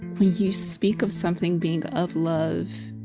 when you speak of something being of love,